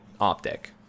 Optic